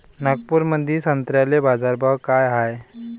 नागपुरामंदी संत्र्याले बाजारभाव काय हाय?